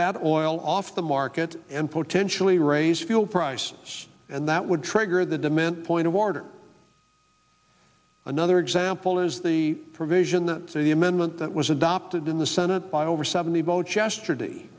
that oil off the market and potentially raise fuel prices and that would trigger the demand point toward another example is the provision that the amendment that was adopted in the senate by over seventy votes yesterday